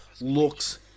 looks